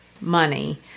money